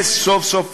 וסוף-סוף